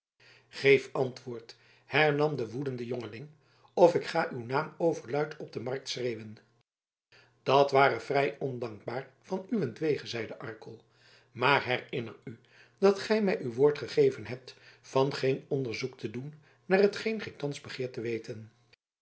geef antwoord hernam de woedende jongeling of ik ga uw naam overluid op de markt schreeuwen dat ware vrij ondankbaar van uwentwege zeide arkel maar herinner u dat gij mij uw woord gegeven hebt van geen onderzoek te doen naar hetgeen gij thans begeert te weten